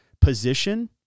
position